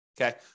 Okay